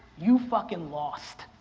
you fucking lost.